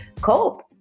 cope